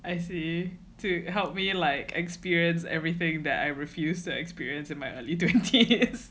I see to help me like experience everything that I refuse to experience in my early twenties